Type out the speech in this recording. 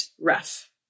rough